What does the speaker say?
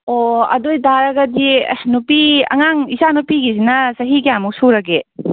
ꯑꯣ ꯑꯗꯨ ꯑꯣꯏ ꯇꯥꯔꯒꯗꯤ ꯑꯁ ꯅꯨꯄꯤ ꯑꯉꯥꯡ ꯏꯆꯥꯅꯨꯄꯤꯒꯤꯖꯤꯅ ꯆꯍꯤ ꯀꯌꯥꯃꯨꯛ ꯁꯨꯔꯒꯦ